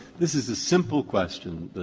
this is a simple question